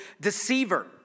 deceiver